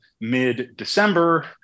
mid-December